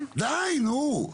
די, נו.